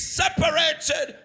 separated